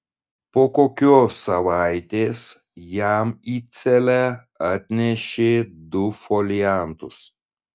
po kokios savaitės jam į celę atnešė du foliantus